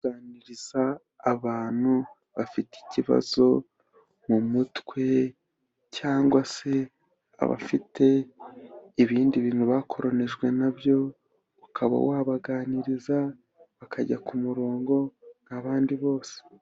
Baganiriza abantu bafite ikibazo mu mutwe cyangwa se abafite ibindi bintu bakoronijwe nabyo, ukaba wabaganiriza bakajya ku murongo nk'abandi bose.